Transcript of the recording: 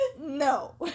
No